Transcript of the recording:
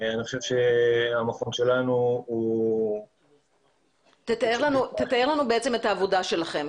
אני חושב שהמקום שלנו הוא --- תאר לנו את העבודה שלכם.